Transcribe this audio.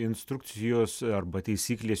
instrukcijos arba taisyklės